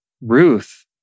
Ruth